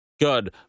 Good